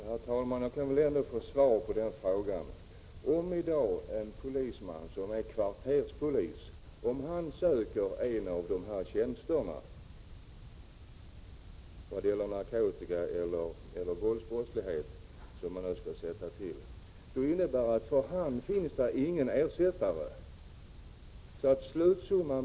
Förutom nedläggningen av massatillverkningen i Korsnäs-Marmaverken 1989 kommer Korsnäs-Marma — av investeringarna att döma — även att lägga ned sitt sågverk i Marmaverken med drygt femtiotalet anställda.